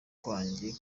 kwanjye